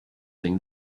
thing